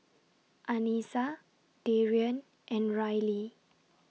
Anissa Darrien and Rylie